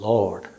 Lord